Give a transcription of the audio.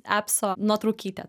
epso nuotraukytė